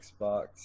Xbox